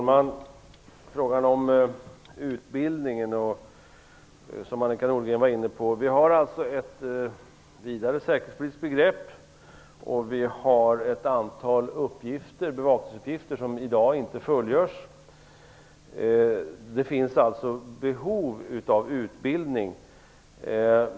Herr talman! Annika Nordgren var inne på frågan om utbildningen. Vi har alltså ett vidare säkerhetspolitiskt begrepp, och det finns ett antal bevakningsuppgifter som i dag inte fullgörs. Det finns alltså behov av utbildning.